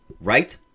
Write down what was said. Right